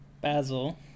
basil